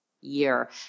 year